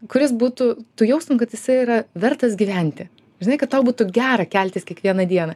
kuris būtų tu jaustum kad jisai yra vertas gyventi žinai kad tau būtų gera keltis kiekvieną dieną